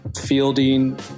fielding